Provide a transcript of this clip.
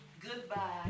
goodbye